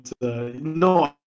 no